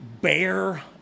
bear